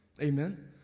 Amen